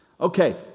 Okay